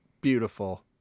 beautiful